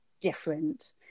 different